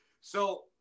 So-